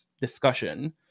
discussion